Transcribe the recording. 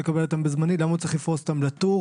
מסוימת לא יקבל סיוע לפי סעיף 9ג בעד אותה תקופה.